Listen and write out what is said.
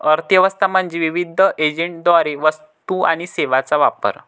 अर्थ व्यवस्था म्हणजे विविध एजंटद्वारे वस्तू आणि सेवांचा वापर